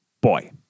boy